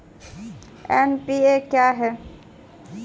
NPA क्या हैं?